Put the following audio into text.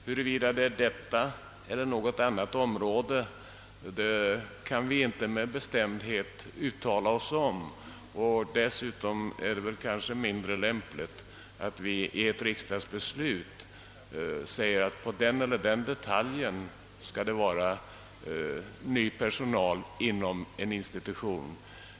Huruvida det är detta eller något annat område kan vi inte med bestämdhet uttala oss om. Dessutom är det kanske mindre lämpligt att vi i ett riksdagsbeslut säger, att det inom en institution skall vara ny personal för den eller den detaljen.